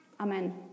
Amen